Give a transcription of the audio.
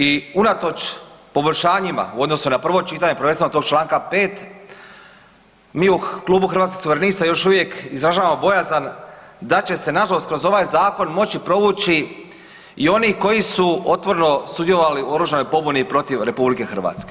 I unatoč poboljšanjima u odnosu na prvo čitanje prvenstveno tog članka 5. mi u klubu Hrvatskih suverenista još uvijek izražavamo bojazan da će se na žalost kroz ovaj zakon moći provući i oni koji su otvoreno sudjelovali u oružanoj pobuni protiv RH.